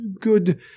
good